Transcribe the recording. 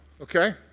okay